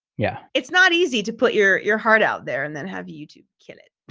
yeah, it's not easy to put your your heart out there and then have you to kill it.